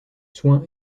soin